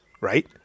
right